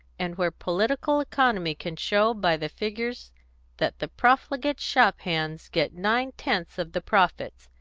and where political economy can show by the figures that the profligate shop hands get nine-tenths of the profits,